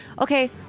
okay